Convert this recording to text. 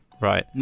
right